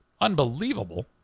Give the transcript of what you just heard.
unbelievable